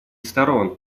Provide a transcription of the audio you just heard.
сторон